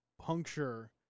puncture